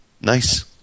Nice